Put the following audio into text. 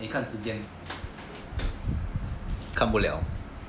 你看时间看不了